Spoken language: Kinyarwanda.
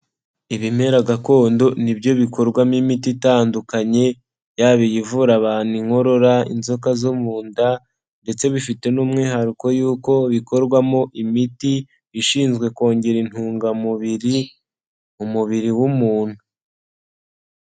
Ibimera gakondo ni byo bikorwamo imiti itandukanye, yaba iyi ivura abantu inkorora, inzoka zo mu nda, ndetse bifite n'umwihariko yuko bikorwamo imiti ishinzwe kongera intungamubiri umubiri w'umuntu.